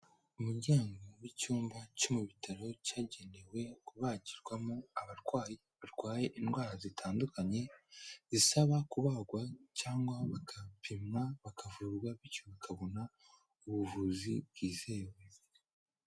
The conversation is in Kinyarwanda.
Umuryango w'icyumba cyo mu bitaro cyagenewe kubagirwamo abarwayi barwaye indwara zitandukanye zisaba kubagwa cyangwa bagapimwa bakavurwa, bityo bakabona ubuvuzi bwizewe.